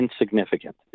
insignificant